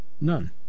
None